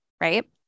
right